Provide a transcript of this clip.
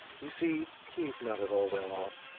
you see, he is not at all well off,